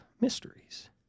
mysteries